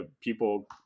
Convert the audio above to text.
people